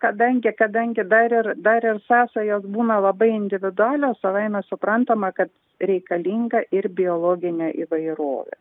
kadangi kadangi dar ir dar ir sąsajos būna labai individualios savaime suprantama kad reikalinga ir biologinė įvairovė